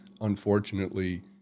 unfortunately